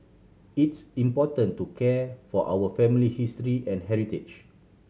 it's important to care for our family history and heritage